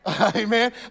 Amen